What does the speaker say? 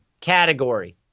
category